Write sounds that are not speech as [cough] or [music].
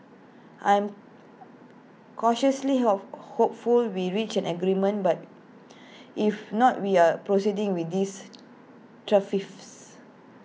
I'm cautiously hope hopeful we reach an agreement but [noise] if not we are proceeding with these [unintelligible]